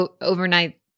overnight